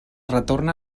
retorna